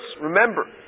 Remember